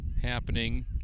happening